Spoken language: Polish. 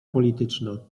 polityczna